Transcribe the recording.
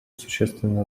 существенно